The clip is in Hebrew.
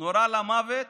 נורה למוות